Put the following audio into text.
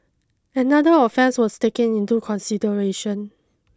another offence was taken into consideration